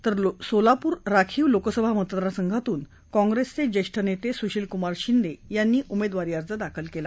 तर सोलापूर राखीव लोकसभा मतदारसंघातून काँग्रस्विज्विष्ट नस्तासुशीलकुमार शिंदखांनी उमर्दखांरी अर्ज दाखल कला